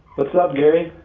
what's up, gary?